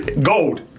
Gold